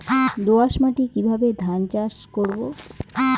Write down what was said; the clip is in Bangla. দোয়াস মাটি কিভাবে ধান চাষ করব?